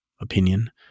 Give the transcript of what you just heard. opinion